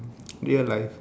real life